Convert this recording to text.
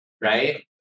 right